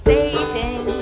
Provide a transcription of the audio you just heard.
Satan